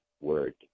word